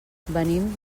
venim